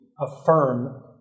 affirm